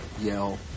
yell